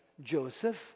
Joseph